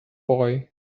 boy